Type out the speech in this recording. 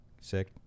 sick